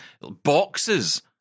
boxes